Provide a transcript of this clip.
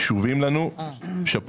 קשובים לנו ושאפו.